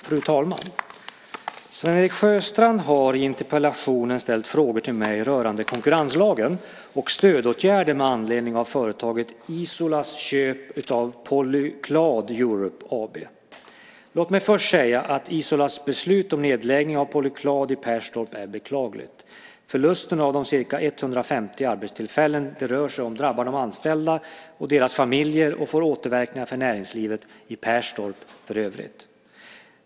Fru talman! Sven-Erik Sjöstrand har i interpellationen ställt frågor till mig rörande konkurrenslagen och stödåtgärder med anledning av företaget Isolas köp av Polyclad Europe AB. Låt mig först säga att Isolas beslut om nedläggning av Polyclad i Perstorp är beklagligt. Förlusten av de ca 150 arbetstillfällen det rör sig om drabbar de anställda och deras familjer och får återverkningar för näringslivet i Perstorp för övrigt.